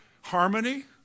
harmony